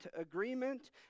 agreement